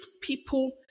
people